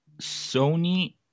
sony